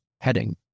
heading